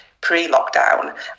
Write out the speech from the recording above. pre-lockdown